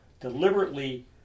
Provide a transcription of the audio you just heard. deliberately